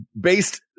based –